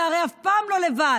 אתה הרי אף פעם לא לבד,